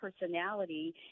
personality